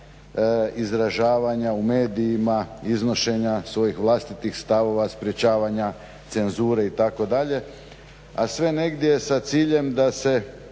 izražavanja u medijima, iznošenja svojih vlastitih stavova, sprječavanja cenzure itd. a sve negdje sa ciljem da se